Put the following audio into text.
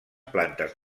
plantes